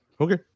Okay